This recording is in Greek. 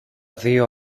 δυο